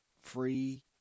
free